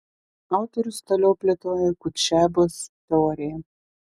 autorius toliau plėtojo kutšebos teoriją